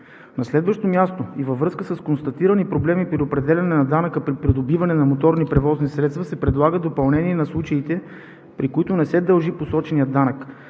На следващо място и във връзка с констатирани проблеми при определяне на данъка при придобиване на моторни превозни средства се предлага допълнение на случаите, при които не се дължи посоченият данък.